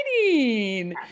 exciting